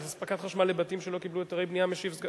על אספקת חשמל לבתים שלא קיבלו היתרי בנייה משיב סגן,